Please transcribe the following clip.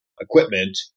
equipment